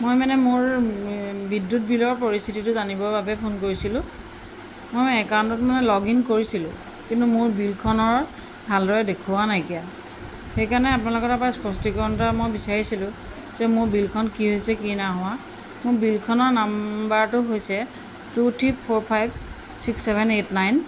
মই মানে মোৰ বিদ্যুৎ বিলৰ পৰিস্থিতিটো জানিবৰ বাবে ফোন কৰিছিলোঁ মই একাউণ্টত মানে লগ ইন কৰিছিলোঁ কিন্তু মোৰ বিলখনৰ ভালদৰে দেখুওৱা নাইকিয়া সেইকাৰণে আপোনালোকৰ পৰা স্পষ্টিকৰণ এটা মই বিচাৰিছিলোঁ যে মোৰ বিলখন কি হৈছে কি নাই হোৱা মোৰ বিলখনৰ নম্বৰটো হৈছে two three four five six seven eight nine